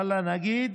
נגיד